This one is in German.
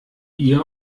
ihr